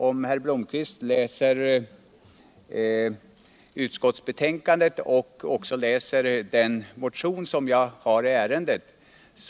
Om herr Biomkvist läser betänkandet och den motion som vi har väckt i ärendet.